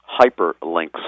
hyperlinks